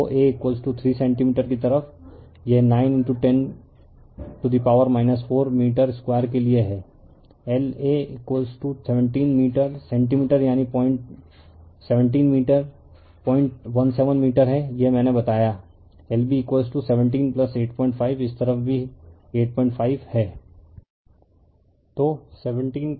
तो A3 centimetre की तरफ यह 9 10 to the power 4 metre square के लिए है L A17 मीटर सेंटीमीटर यानी 017 मीटर हैं यह मैंने बताया LB1785 इस तरफ भी 85 हैं